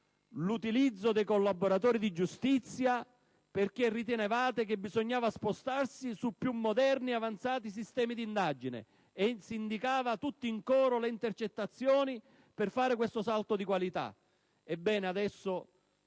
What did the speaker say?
l'utilizzo dei collaboratori di giustizia perché ritenevate che bisognava spostarsi su più moderni e avanzati sistemi di indagine e si indicava, tutti in coro, le intercettazioni per fare questo salto di qualità.